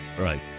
right